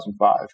2005